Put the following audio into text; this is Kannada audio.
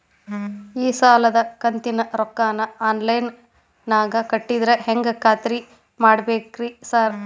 ಈ ಸಾಲದ ಕಂತಿನ ರೊಕ್ಕನಾ ಆನ್ಲೈನ್ ನಾಗ ಕಟ್ಟಿದ್ರ ಹೆಂಗ್ ಖಾತ್ರಿ ಮಾಡ್ಬೇಕ್ರಿ ಸಾರ್?